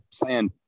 plan